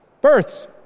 births